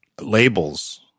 labels